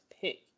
pick